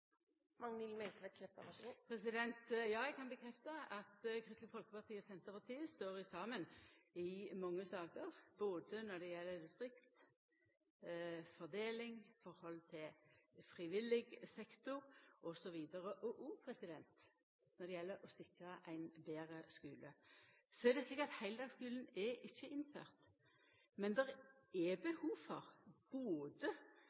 mange saker, både når det gjeld distrikt, fordeling, forholdet til frivillig sektor osv. – og òg når det gjeld å sikra ein betre skule. Så er det slik at heildagsskulen er ikkje innførd. Men det er